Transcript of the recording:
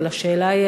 אבל השאלה היא,